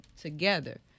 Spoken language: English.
together